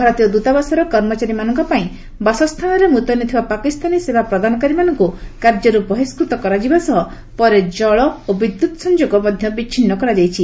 ଭାରତୀୟ ଦୂତାବାସର କର୍ମଚାରୀମାନଙ୍କ ପାଇଁ ଥିବା ବାସସ୍ଥାନରେ ମୁତୟନ ଥିବା ପାକିସ୍ତାନୀ ସେବା ପ୍ରଦାନକାରୀମାନଙ୍କୁ କାର୍ଯ୍ୟରୁ ବହିଷ୍କୃତ କରାଯିବା ସହ ପରେ ଜଳ ଓ ବିଦ୍ୟୁତ୍ ସଂଯୋଗ ମଧ୍ୟ ବିଚ୍ଛିନ୍ନ କରାଯାଇଛି